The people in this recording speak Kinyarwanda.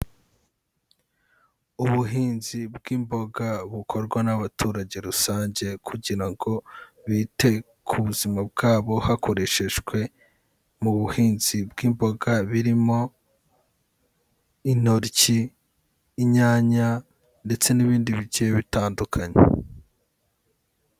Ubuhinzi bw'imboga bukorwa n'abaturage rusange kugira ngo bite ku buzima bwabo hakoreshejwe mu buhinzi bw'imboga, birimo intoryi, inyanya ndetse n'ibindi bigiye bitandukanye.